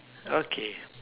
okay